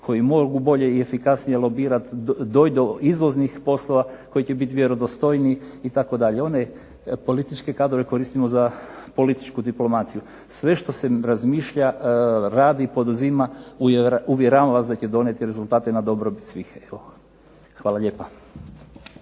koji mogu bolje i efikasnije logirati doći do izvoznih poslova, koji će biti vjerodostojniji itd. One političke kadrove koristimo za političku diplomaciju. Sve što se razmišlja, radi, poduzima, uvjeravam vas da će donijeti rezultate na dobrobit svih. Hvala lijepa.